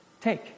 Take